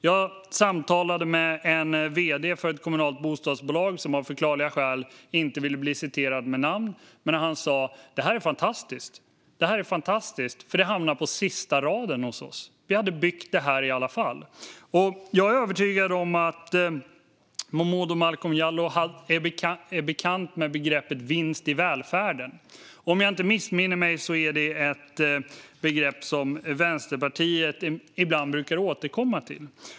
Jag hade ett samtal med en vd för ett kommunalt bostadsbolag, som av förklarliga skäl inte ville bli citerad med namn. Han sa: Det här är fantastiskt, för det hamnar på sista raden för oss. Vi hade byggt det här i alla fall. Jag är övertygad om att Momodou Malcolm Jallow är bekant med begreppet vinst i välfärden. Om jag inte missminner mig är det ett begrepp som Vänsterpartiet ibland brukar återkomma till.